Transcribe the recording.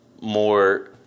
more